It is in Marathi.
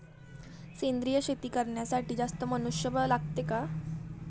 सेंद्रिय शेती करण्यासाठी जास्त मनुष्यबळ लागते का?